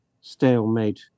stalemate